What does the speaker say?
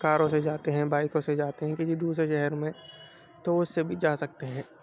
کاروں سے جاتے ہیں بائیکوں سے جاتے ہیں کسی دوسرے شہر میں تو اس سے بھی جا سکتے ہیں